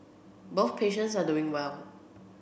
both patients are doing well